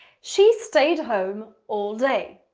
she stayed home all day